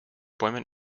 bäumen